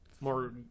more